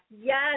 Yes